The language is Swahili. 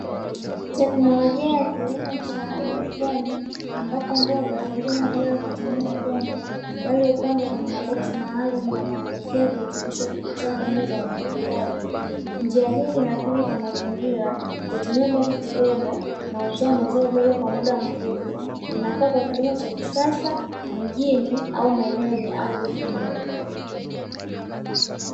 Teknolojia ya kilimo cha haidroponi, ambapo mboga hulimwa bila kutumia udongo bali hupandwa kwenye maboksi maalumu, yanayopokea virutubisho kupitia bomba za umwagiliaji. Njia hii ni rafiki kwa mazingira, hutumia maji kidogo na hutoa mazao bora kwa muda mfupi. Inafaa kwa kilimo cha kisasa, mjini au maeneo yenye ardhi finyu.